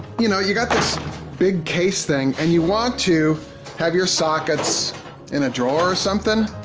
you know you got this big case thing and you want to have your sockets in a drawer or something.